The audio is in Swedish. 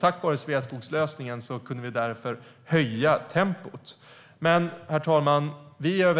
Tack vare Sveaskogslösningen kunde vi höja tempot. Herr talman! Jag